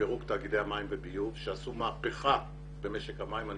לפירוק תאגידי המים וביוב שעשו מהפכה במשק המים ואני